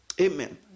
Amen